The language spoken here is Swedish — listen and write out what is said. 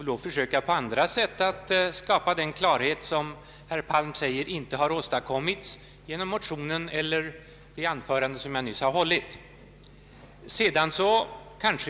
Jag får försöka på andra sätt att skapa den klarhet som enligt herr Palm inte har åstadkommits genom motionerna eller genom det anförande jag nyss hållit.